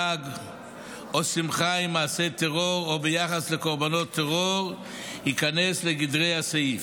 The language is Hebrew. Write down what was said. לעג או שמחה עם מעשה טרור או ביחס לקורבנות טרור ייכנס לגדרי הסעיף,